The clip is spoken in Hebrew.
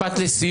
ורק משפט לסיום.